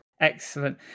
Excellent